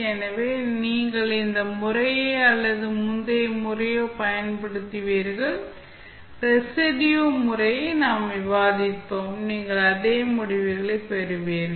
எனவே நீங்கள் இந்த முறையையோ அல்லது முந்தைய முறையையோ பயன்படுத்துகிறீர்கள் ரெஸிடுயூ முறையை நாம் விவாதித்தோம் நீங்கள் அதே முடிவுகளைப் பெறுவீர்கள்